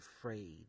afraid